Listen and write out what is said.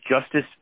Justice